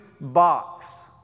box